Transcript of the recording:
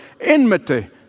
enmity